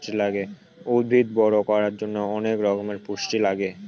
উদ্ভিদ বড়ো করার জন্য অনেক রকমের পুষ্টি লাগে